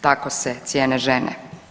Tako se cijene žene.